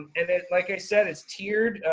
and then like i said it's tiered,